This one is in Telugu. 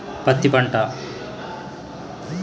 పత్తి పంట